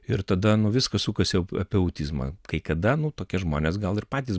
ir tada nu viskas sukasi apie autizmą kai kada nu tokie žmonės gal ir patys